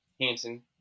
Hanson